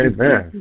Amen